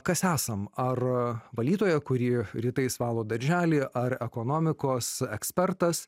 kas esam ar valytoja kuri rytais valo darželį ar ekonomikos ekspertas